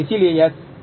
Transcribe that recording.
इसलिए यह सर्किट है